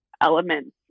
elements